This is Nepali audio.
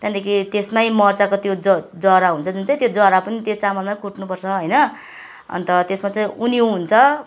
त्यहाँदेखि त्यसमै मर्चाको त्यो ज जरा हुन्छ जुन चाहिँ त्यो जरा पनि त्यो चामलमै कुट्नुपर्छ होइन अन्त त्यसमा उनिउँ हुन्छ